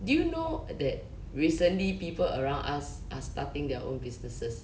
do you know that recently people around us are starting their own businesses